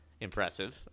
impressive